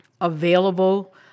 available